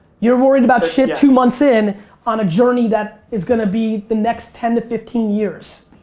you're worried about shit two months in on a journey that is gonna be the next ten to fifteen years.